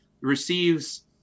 receives